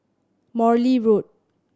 Morley Road